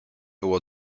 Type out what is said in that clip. było